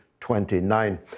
29